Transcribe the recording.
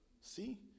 see